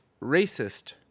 racist